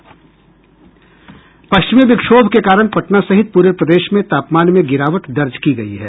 पश्चिमी विक्षोभ के कारण पटना सहित पूरे प्रदेश में तापमान में गिरावट दर्ज की गयी है